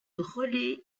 relais